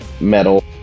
metal